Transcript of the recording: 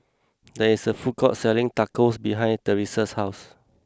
there is a food court selling Tacos behind Teressa's house